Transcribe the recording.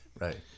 Right